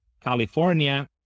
California